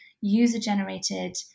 user-generated